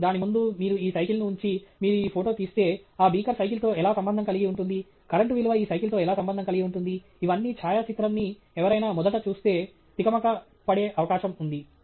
మరియు దాని ముందు మీరు ఈ సైకిల్ను ఉంచి మీరు ఈ ఫోటో తీస్తే ఆ బీకర్ సైకిల్తో ఎలా సంబంధం కలిగి ఉంటుంది కరెంటు విలువ ఈ సైకిల్తో ఎలా సంబంధం కలిగి ఉంటుంది ఇవన్నీ ఛాయాచిత్రం ని ఎవరైనా మొదట చూస్తే తికమక పడే అవకాశం ఉంది